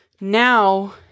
now